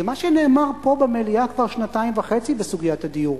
זה מה שנאמר פה במליאה כבר שנתיים וחצי בסוגיית הדיור.